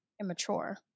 immature